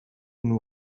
and